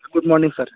good morning sir